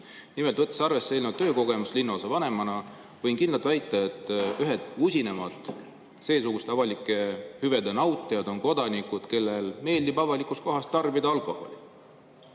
Nimelt, võttes arvesse eelnevat töökogemust linnaosavanemana, võin kindlalt väita, et ühed usinamad seesuguste avalike hüvede nautijad on kodanikud, kellele meeldib avalikus kohas tarbida alkoholi.